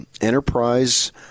Enterprise